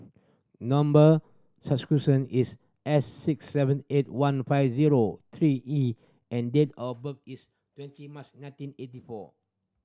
number is S six seven eight one five zero three E and date of birth is twenty March nineteen eighty four